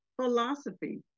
philosophy